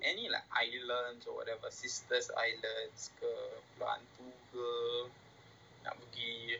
any lah islands or whatever sisters' islands ke batu ke bukit